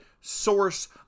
source